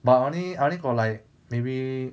but I only I only got like maybe